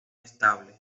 estable